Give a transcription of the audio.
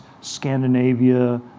Scandinavia